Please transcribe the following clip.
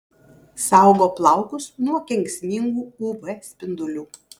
saugo plaukus nuo kenksmingų uv spindulių